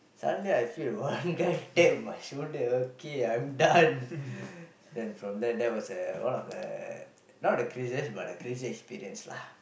suddenly I feel one guy tap on my shoulder okay I'm done then from that that was a one of the not the craziest but the crazy experience lah